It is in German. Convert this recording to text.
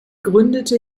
gründete